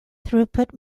throughput